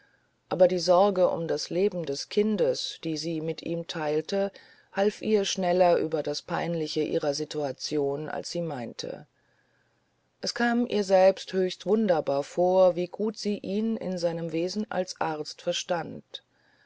aber die sorge um das leben des kindes die sie mit ihm teilte half ihr schneller über das peinliche ihrer situation als sie meinte es kam ihr selbst höchst wunderbar vor wie gut sie ihn in seinem wesen als arzt verstand